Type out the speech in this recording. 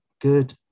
good